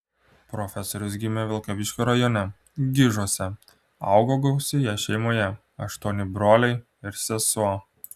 profesorius gimė vilkaviškio rajone gižuose augo gausioje šeimoje aštuoni broliai ir sesuo